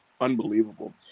unbelievable